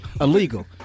Illegal